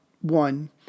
one